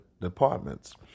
departments